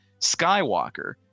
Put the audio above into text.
Skywalker